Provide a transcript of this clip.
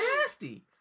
nasty